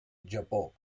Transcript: japó